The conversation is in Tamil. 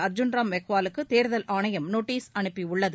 அர்ஜன் ராம் மெக்வாலுக்கு தேர்தல் ஆணையம் நோட்டீஸ் அனுப்பியுள்ளது